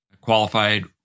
qualified